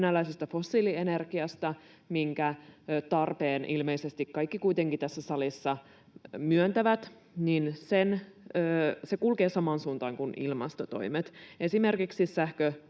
fossiilienergiasta luopuminen, minkä tarpeen ilmeisesti kaikki kuitenkin tässä salissa myöntävät, kulkee samaan suuntaan kuin ilmastotoimet. Esimerkiksi sähköautojen